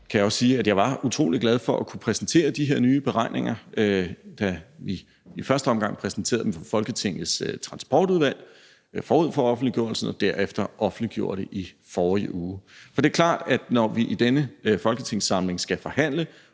utrolig glad for at kunne præsentere de her nye beregninger, da vi i første omgang præsenterede dem for Folketingets Transportudvalg forud for offentliggørelsen og derefter offentliggjorde dem i forrige uge. For det er klart, at når vi i denne folketingssamling skal forhandle